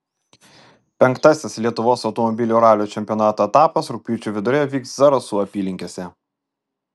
penktasis lietuvos automobilių ralio čempionato etapas rugpjūčio viduryje vyks zarasų apylinkėse